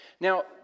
Now